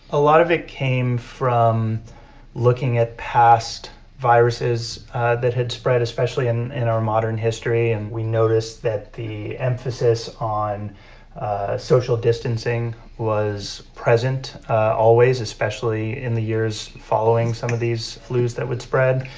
a lot of it came from looking at past viruses that had spread, especially in in our modern history. and we noticed that the emphasis on social distancing was present always, especially in the years following some of these flus that would spread.